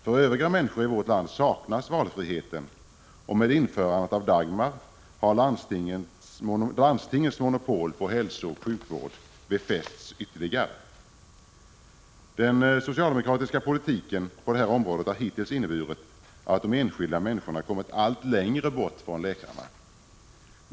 För övriga människor i vårt land saknas valfriheten, och med införandet av Dagmarreformen har landstingens monopol på hälsooch sjukvård befästs ytterligare. Den socialdemokratiska politiken på det här området har hittills inneburit att de enskilda människorna kommit allt längre bort från läkarna.